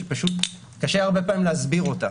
שפשוט קשה הרבה פעמים להסביר אותה.